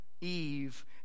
Eve